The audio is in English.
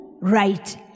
right